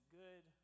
good